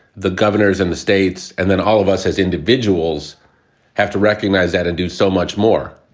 the governors and the states and then all of us as individuals have to recognize that and do so much more.